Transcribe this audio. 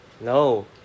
No